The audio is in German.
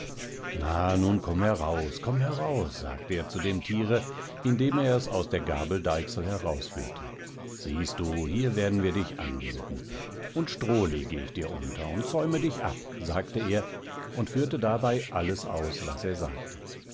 na nun komm heraus komm heraus sagte er zu dem tiere indem er es aus der gabeldeichsel herausführte siehst du hier werden wir dich anbinden und stroh lege ich dir unter und zäume dich ab sagte er und führte dabei alles aus was er sagte